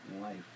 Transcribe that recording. life